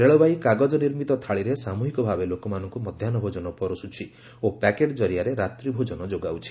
ରେଳବାଇ କାଗଜ ନିର୍ମିତ ଥାଳିରେ ସାମୃହିକ ଭାବେ ଲୋକମାନଙ୍କୁ ମଧ୍ୟାହୁ ଭୋଜନ ପରସ୍କୁଛି ଓ ପ୍ୟାକେଟ୍ ଜରିଆରେ ରାତ୍ରି ଭୋଜନ ଯୋଗାଉଛି